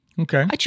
Okay